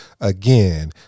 again